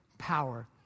Power